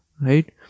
right